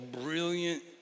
brilliant